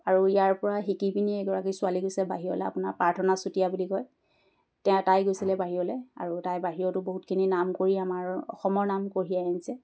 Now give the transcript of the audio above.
আৰু ইয়াৰ পৰা শিকি পিনি এগৰাকী ছোৱালী গৈছে বাহিৰলৈ আপোনাৰ প্ৰাৰ্থনা চুতীয়া বুলি কয় তেওঁ তাই গৈছিলে বাহিৰলৈ আৰু তাই বাহিৰতো বহুতখিনি নাম কৰি আমাৰ অসমৰ নাম কঢ়িয়াই আহিছে